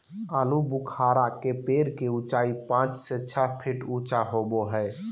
आलूबुखारा के पेड़ के उचाई पांच से छह फीट ऊँचा होबो हइ